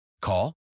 Call